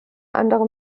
andere